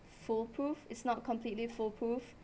foolproof it's not completely foolproof